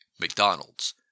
McDonald's